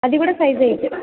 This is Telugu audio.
అది కూడా సైజ్ ఎయిటే